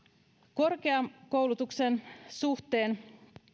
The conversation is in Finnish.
korkeakoulutuksen suhteen